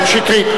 שטרית.